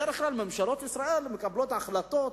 בדרך כלל ממשלות ישראל מקבלות החלטות